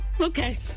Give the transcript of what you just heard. Okay